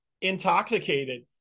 Intoxicated